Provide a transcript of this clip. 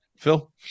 Phil